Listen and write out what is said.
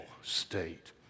state